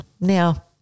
Now